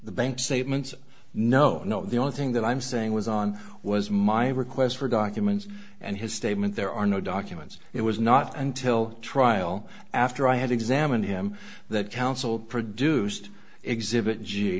bank statements no no the only thing that i'm saying was on was my request for documents and his statement there are no documents it was not until trial after i had examined him that council produced exhibit g